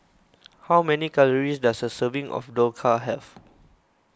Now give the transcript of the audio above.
how many calories does a serving of Dhokla have